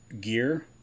gear